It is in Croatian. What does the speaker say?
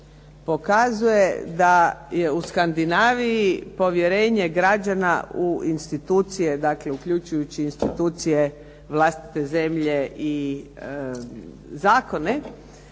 pokazuje da je u Skandinaviji povjerenje građana u institucije. dakle uključujući institucije vlastite zemlje i zakone,